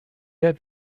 der